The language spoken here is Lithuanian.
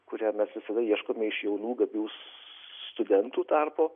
kurią mes visada ieškome iš jaunų gabių studentų tarpo